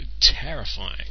terrifying